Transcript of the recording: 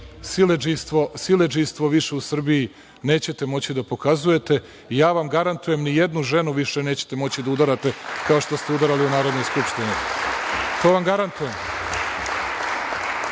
Siledžijstvo više u Srbiji nećete moći da pokazujete. Ja vam garantujem ni jednu ženu više nećete moći da udarate kao što ste udarali u Narodnoj skupštini. To vam garantujem.(Boško